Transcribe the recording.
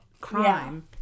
crime